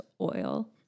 oil